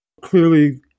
Clearly